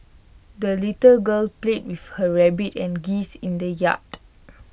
the little girl played with her rabbit and geese in the yard